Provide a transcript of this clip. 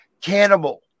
cannibal